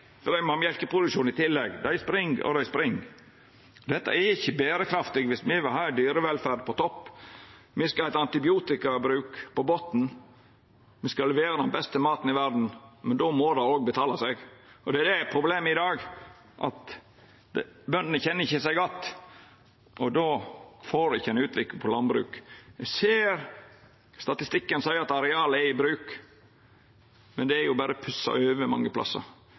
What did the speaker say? for dei må ha mjølkeproduksjon i tillegg – dei spring og dei spring. Dette er ikkje berekraftig viss me vil ha ei dyrevelferd på topp. Me skal ha ein antibiotikabruk som er på botnen, me skal levera den beste maten i verda, men då må det òg betala seg. Det er eit problem i dag at bøndene ikkje kjenner seg att, og då får ein ikkje utvikling i landbruket. Me ser statistikken seier at arealet er i bruk, men det er mange plassar berre pussa over.